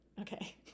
Okay